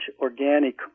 organic